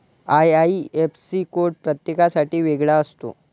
IIFC code प्रत्येकासाठी वेगळा असतो